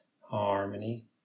harmony